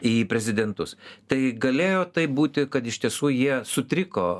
į prezidentus tai galėjo taip būti kad iš tiesų jie sutriko